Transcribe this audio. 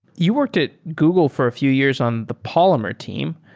you worked at google for a few years on the polymer team.